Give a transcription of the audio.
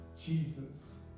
Jesus